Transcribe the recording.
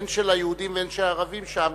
הן של היהודים והן של הערבים שם.